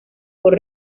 por